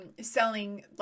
selling